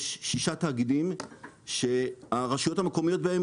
יש שישה תאגידים שהרשויות המקומיות בהם,